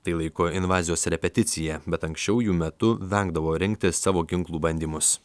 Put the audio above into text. tai laiko invazijos repeticija bet anksčiau jų metu vengdavo rengti savo ginklų bandymus